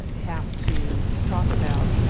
have to talk about